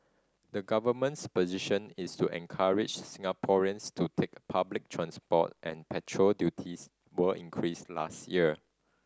the government's position is to encourage Singaporeans to take public transport and petrol duties were increased last year